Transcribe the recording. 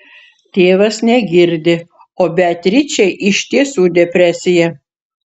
tėvas negirdi o beatričei iš tiesų depresija